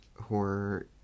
horror